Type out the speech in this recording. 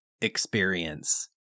experience